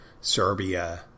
Serbia